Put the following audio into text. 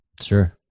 Sure